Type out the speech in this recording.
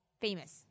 famous